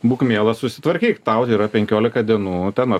būk mielas susitvarkyk tau yra penkiolika dienų ten